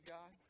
God